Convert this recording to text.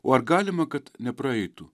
o ar galima kad nepraeitų